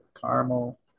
caramel